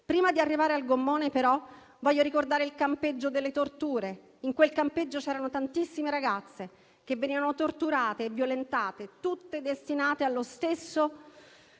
Prima di arrivare al gommone però, voglio ricordare il campeggio delle torture. In quel campeggio c'erano tantissime ragazze che venivano torturate e violentate, tutte destinate allo stesso